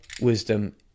wisdom